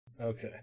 Okay